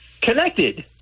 Connected